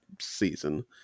season